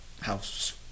House